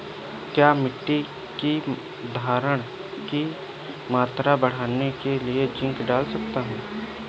क्या मिट्टी की धरण की मात्रा बढ़ाने के लिए जिंक डाल सकता हूँ?